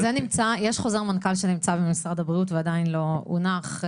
יש חוזר מנכ"ל שנמצא במשרד הבריאות ועדיין לא הונח,